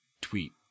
tweet